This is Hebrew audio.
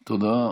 תודה.